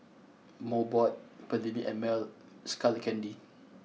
Mobot Perllini and Mel Skull Candy